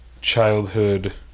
childhood